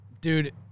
dude